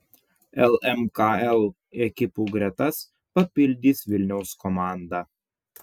lmkl ekipų gretas papildys vilniaus komanda